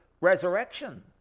resurrection